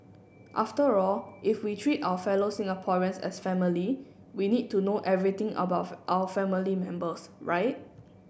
after all if we treat our fellow Singaporeans as family we need to know everything about our family members right